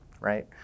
right